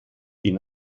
ihn